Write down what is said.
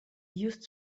used